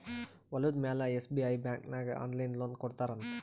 ಹೊಲುದ ಮ್ಯಾಲ SBI bank ನಾಗ್ ಆನ್ಲೈನ್ ಲೋನ್ ಕೊಡ್ತಾರ್ ಅಂತ್